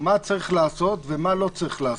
מה צריך לעשות ומה לא צריך לעשות.